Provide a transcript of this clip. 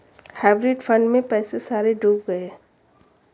hybrid fund में पैसे सारे डूब गए